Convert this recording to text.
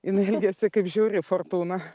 jinai elgiasi kaip žiauri fortūna